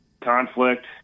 conflict